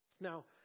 Now